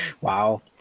Wow